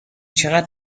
چقدر